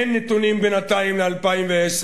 אין נתונים בינתיים ל-2010.